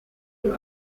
est